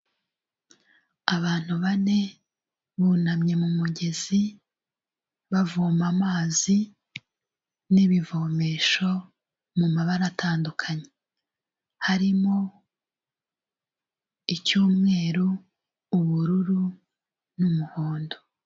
Abantu 4 bunamye mu mugezi bavoma amazi n'ibivomesho mabara atandukanye. Harimo icy'umweru, ubururu, n'umuhondo.